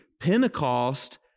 Pentecost